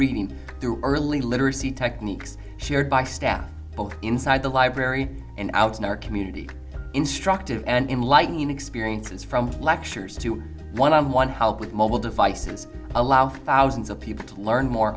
reading through early literacy techniques shared by staff both inside the library and out in our community instructive and enlightening experiences from lectures to one on one help with mobile devices allow thousands of people to learn more